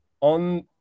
On